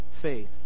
faith